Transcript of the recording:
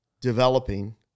developing